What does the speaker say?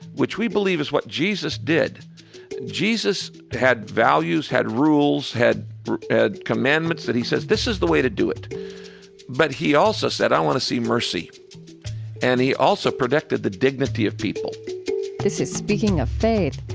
which we believe is what jesus did jesus had values, had rules, had had commandments that he says, this is the way to do it but he also said, i want to see mercy and he also protected the dignity of people this is speaking of faith.